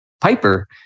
Piper